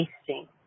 tasting